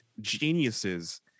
geniuses